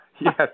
Yes